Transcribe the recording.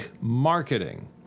Marketing